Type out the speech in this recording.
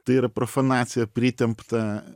tai yra profanacija pritempta